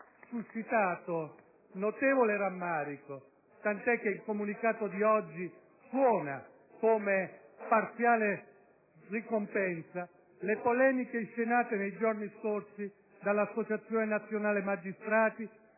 suscitato notevole rammarico, tanto che il comunicato di oggi suona come parziale ricompensa, le polemica inscenate nei giorni scorsi dall'Associazione nazionale magistrati